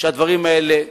שהדברים האלה יישכחו.